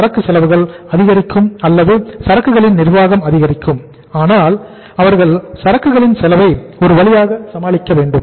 சரக்கு செலவுகள் அதிகரிக்கும் அல்லது சரக்குகளின் நிர்வாகம் அதிகரிக்கும் ஆனால் அவர்கள் சரக்குகளின் செலவை ஒரு வழியாக சமாளிக்க வேண்டும்